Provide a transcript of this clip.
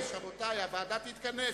רבותי, הוועדה תתכנס.